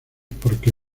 porque